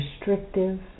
restrictive